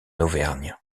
auvergne